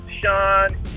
Sean